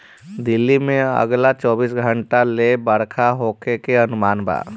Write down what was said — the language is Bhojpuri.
दिल्ली में अगला चौबीस घंटा ले बरखा होखे के अनुमान बा